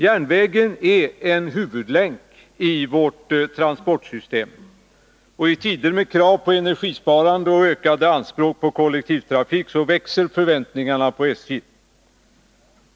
Järnvägen är en huvudlänk i vårt transportsystem, och i tider med krav på energisparande och ökade anspråk på kollektivtrafik växer förväntningarna på SJ.